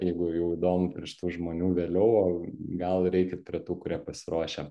jeigu jau įdomu prie šitų žmonių vėliau o gal ir eikit prie tų kurie pasiruošę